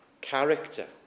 Character